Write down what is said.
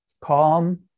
calm